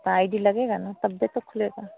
तो I D लगेगी ना तब ही तो खुलेगा